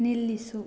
ನಿಲ್ಲಿಸು